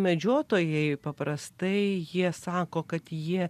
medžiotojai paprastai jie sako kad jie